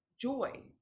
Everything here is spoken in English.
joy